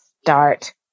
Start